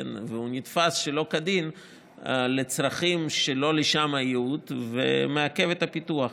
והוא נתפס שלא כדין לצרכים שלא לשם הייעוד ומעכב את הפיתוח.